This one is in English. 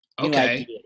Okay